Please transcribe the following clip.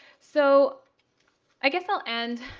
so i guess i'll end,